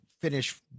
finish